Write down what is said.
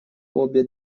обе